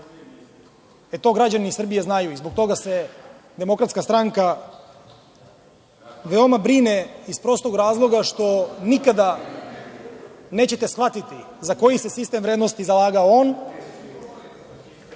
To građani Srbije znaju i zbog toga se DS veoma brine iz prostog razloga što nikada nećete shvatiti za koji se sistem vrednosti zalagao on,